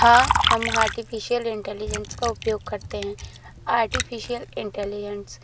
हाँ हम artificial intelligence का उपयोग करते हैं आर्टिफिशियल इंटेलिजेंस